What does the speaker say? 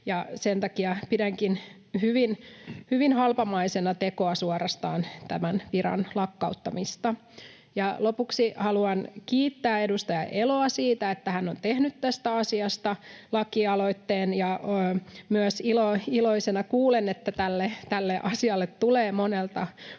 Sen takia pidänkin suorastaan hyvin halpamaisena tekona tämän viran lakkauttamista. Ja lopuksi haluan kiittää edustaja Eloa siitä, että hän on tehnyt tästä asiasta lakialoitteen, ja myös iloisena kuulen, että tälle asialle tulee monelta ryhmältä tukea.